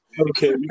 Okay